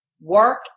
work